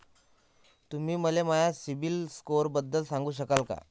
तुम्ही मले माया सीबील स्कोअरबद्दल सांगू शकाल का?